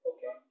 Okay